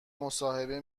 مصاحبه